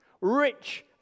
rich